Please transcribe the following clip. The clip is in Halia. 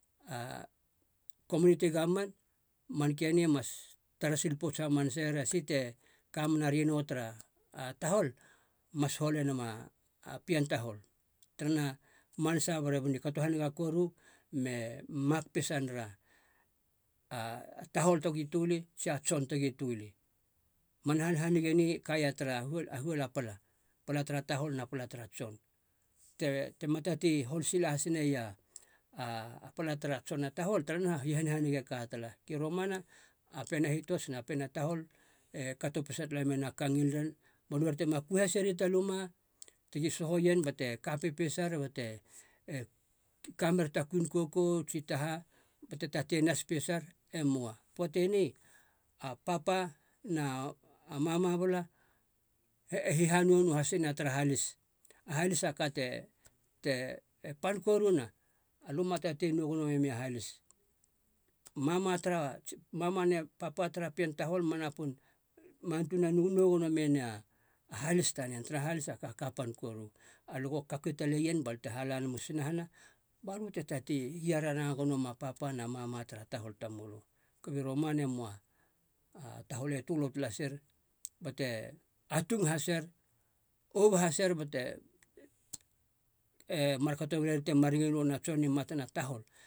A komuniti govman, man keni e mas tara sil pouts hamaseier esi te kamena rino tara a tahol mas hole nama a pien tahol, taranaha i manasa barebana i kato haniga koru me mak pesa nera a tahol togi töli tsia tson tegi töli. A man hanhanige ni e kaia tara huol a pala, pala tara tahol na pala tara tson kebe tema tatei hol sila has neia tahol taranaha u hanhaniga e ka tala, i romana a pien a hitots na pien a tahol e kato pesa tala mena a ka ngil ren ba nori tema kui haseri ta luma tegi sohoien bate ka pepesar bate e- ka mer ta kuin kokou tsi ta ha bate tate nas pesar, e moa. Poate ni, a papa na a mama bala e hihanou noahasina tara halis. A halis a ka te- te e pan koruna, alö ma tate nou gono memi a halis. Mama tara mama ne papa tara pien tahol ma napun ma antunan nou gono menei a halis tanen taraha a halis a ka kapan koru. Alö go kaku taleien balö te hala nem u sunahana balö te tate hiararanga gono mem a papa na mama tara tahol tamölö, kaba i romane moa, a tahol tölo talaser bate atung haser, obu haser bate, e markato uana temar ngil uana tson i mata na tahol